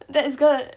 that's good